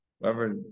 whoever